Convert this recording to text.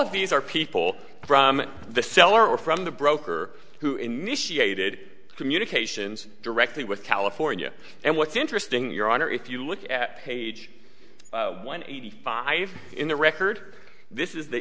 of these are people from the cellar or from the broker who initiated communications directly with california and what's interesting your honor if you look at page one eighty five in the record this is the